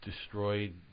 destroyed